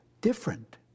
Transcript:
different